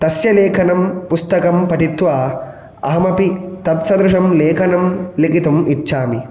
तस्य लेखनं पुस्तकं पठित्वा अहमपि तत् सदृशं लेखनं लेखितुम् इच्छामि